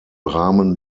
rahmen